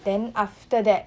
then after that